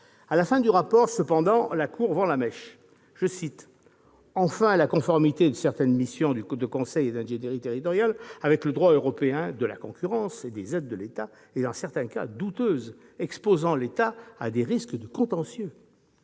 À la fin du rapport, cependant, la Cour vend la mèche :« Enfin, la conformité de certaines missions de conseil et d'ingénierie territoriale avec le droit européen de la concurrence et des aides de l'État est dans certains cas douteuse, exposant l'État à des risques de contentieux. »